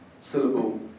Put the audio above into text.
syllable